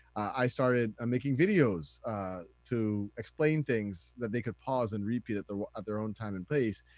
i started um making videos to explain things that they could pause and repeat at their at their own time and pace.